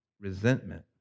resentment